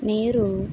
నీరు